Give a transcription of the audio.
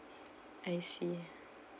I see